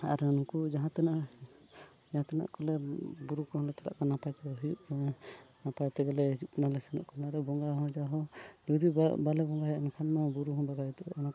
ᱟᱨ ᱩᱱᱠᱩ ᱡᱟᱦᱟᱸ ᱛᱤᱱᱟᱹᱜ ᱡᱟᱦᱟᱸ ᱛᱤᱱᱟᱹᱜ ᱠᱚᱞᱮ ᱵᱩᱨᱩ ᱠᱚᱦᱚᱸ ᱞᱮ ᱪᱟᱞᱟᱜ ᱠᱟᱱᱟ ᱱᱟᱯᱟᱭ ᱛᱮᱞᱮ ᱦᱤᱡᱩᱜ ᱠᱟᱱᱟ ᱱᱟᱯᱟᱭ ᱛᱮᱜᱮ ᱞᱮ ᱦᱤᱡᱩᱜ ᱠᱟᱱᱟ ᱞᱮ ᱥᱮᱱᱚᱜ ᱠᱟᱱᱟ ᱞᱮ ᱵᱚᱸᱜᱟ ᱦᱚᱸ ᱡᱟ ᱦᱚᱸ ᱡᱩᱫᱤ ᱵᱟᱞᱮ ᱵᱚᱸᱜᱟᱭᱟ ᱮᱱᱠᱷᱟᱱ ᱢᱟ ᱵᱩᱨᱩ ᱦᱚᱸ ᱵᱟᱜᱟᱦᱤ ᱩᱛᱟᱹᱨᱚᱜᱼᱟ ᱚᱱᱟ ᱠᱷᱟᱹᱛᱤᱨ